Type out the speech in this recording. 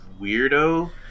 weirdo